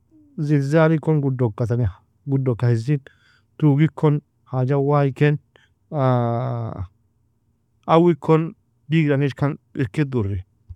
Zilzali kon gudoka hizin toog ikon hajag waiken awikon digdangikan irkig duri.